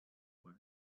way